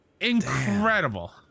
incredible